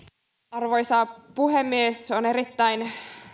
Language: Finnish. arvoisa puhemies on erittäin